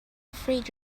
afraid